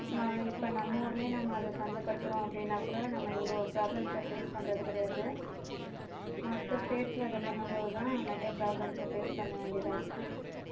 இப்போ நம்மூர்லயே நம்ம அதை சந்தை படுத்துகிறோம் அப்படின்னா கூட நம்ம இவ்வளோ ப்ராப்லம்ஸ்ஸை ஃபேஸ் பண்ணுறது கிடையாது மற்ற ஸ்டேட்ஸ்ல அதை பண்ணும்போதுதான் நிறைய ப்ராப்லம்ஸ்ஸை ஃபேஸ் பண்ண வேண்டியதாக இருக்குது